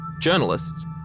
journalists